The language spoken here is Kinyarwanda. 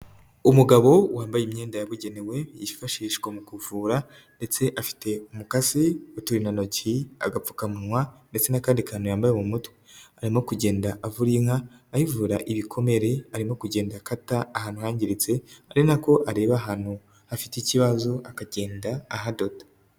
Umugabo wambaye imyenda yabugenewe, yifashishwa mu kuvura, ndetse afite umukasi, uturindantoki, agapfukamunwa, ndetse n'akandi kantu yambaye mu mutwe, arimo kugenda avura inka, ayivura ibikomere, arimo kugenda akata ahantu hangiritse, ari nako areba ahantu hafite ikibazo akagenda ahadoda.